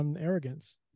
arrogance